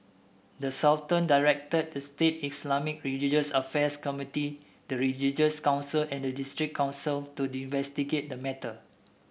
the Sultan directed the state Islamic religious affairs committee the religious council and the district council to investigate the matter